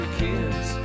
kids